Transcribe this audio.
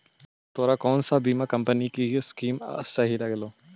तोरा कौन सा बीमा कंपनी की स्कीम सही लागलो